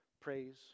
praise